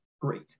great